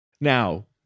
Now